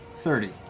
thirty.